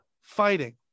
fighting